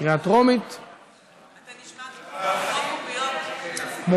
ההצעה להעביר את הצעת חוק העונשין (תיקון,